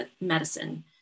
medicine